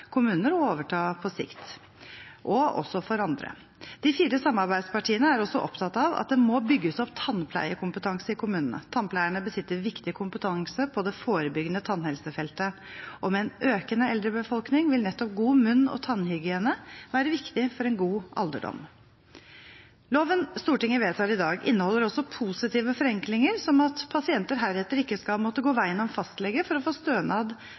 kommuner å overta på sikt, og også for andre. De fire samarbeidspartiene er også opptatt av at det må bygges opp tannpleiekompetanse i kommunene. Tannpleierne besitter viktig kompetanse på det forebyggende tannhelsefeltet, og med en økende eldrebefolkning vil nettopp god munn- og tannhygiene være viktig for en god alderdom. Loven Stortinget vedtar i dag, inneholder også positive forenklinger som at pasienter heretter ikke skal måtte gå veien om fastlege for å få stønad